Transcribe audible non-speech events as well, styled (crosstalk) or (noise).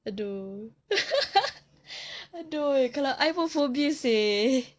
!aduh! (laughs) !aduh! kalau I pun phobia seh